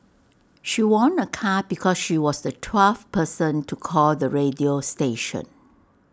she won A car because she was the twelfth person to call the radio station